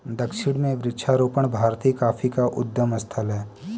दक्षिण में वृक्षारोपण भारतीय कॉफी का उद्गम स्थल है